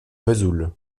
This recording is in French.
vesoul